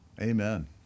Amen